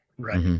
Right